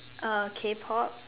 uh K-Pop